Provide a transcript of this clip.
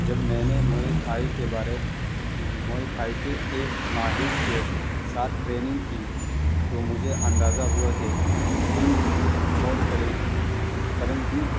جب میں نے موئے تھائی کے بارے موئے تھائی کے ایک ماہر کے ساتھ ٹرینگ کی تو مجھے اندازہ ہوا کہ کنک اور کنگ کلنگنک